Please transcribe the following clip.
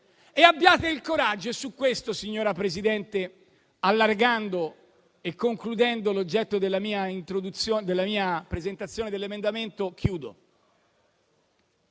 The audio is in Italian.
Abbiate il coraggio,